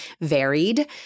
varied